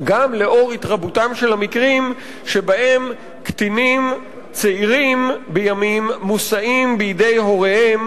גם לאור התרבות המקרים שבהם קטינים צעירים לימים מושאים בידי הוריהם